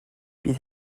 bydd